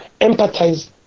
empathize